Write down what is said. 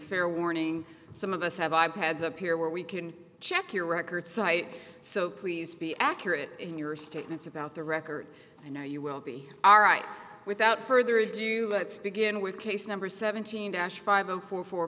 fair warning some of us have i pads up here where we can check your records site so please be accurate in your statements about the record and now you will be all right without further ado let's begin with case number seventeen dash five zero four four